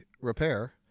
repair